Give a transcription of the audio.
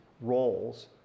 roles